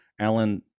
Alan